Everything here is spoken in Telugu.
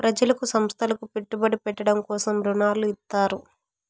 ప్రజలకు సంస్థలకు పెట్టుబడి పెట్టడం కోసం రుణాలు ఇత్తారు